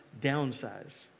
downsize